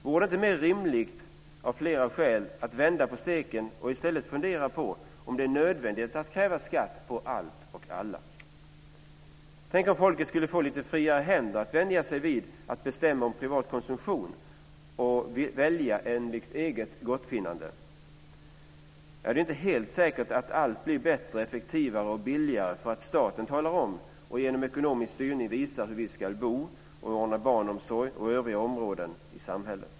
Vore det inte mer rimligt, av flera skäl, att vända på steken och i stället fundera på om det är nödvändigt att kräva skatt på allt och alla? Tänk om folket skulle få lite friare händer att vänja sig vid att bestämma om privat konsumtion och välja enligt eget gottfinnande! Det är ju inte helt säkert att allt blir bättre, effektivare och billigare för att staten talar om och genom ekonomisk styrning visar hur vi ska bo, ordna barnomsorg och övriga områden i samhället.